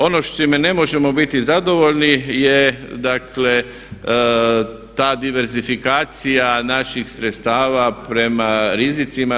Ono s čime ne možemo biti zadovoljni je dakle ta diversifikacija naših sredstava prema rizicima.